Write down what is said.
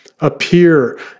appear